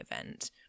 event